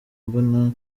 mbona